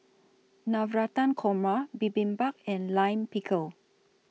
Navratan Korma Bibimbap and Lime Pickle